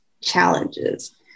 challenges